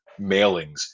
mailings